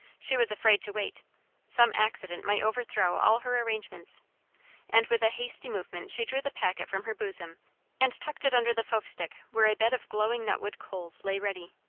she was afraid to wait some accident might overthrow all her arrangements and with a hasty movement she drew the packet from her bosom and tucked it under the fofestick, where a bed of glowing nutwood coals lay ready.